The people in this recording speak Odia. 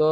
ତ